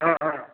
हाँ हाँ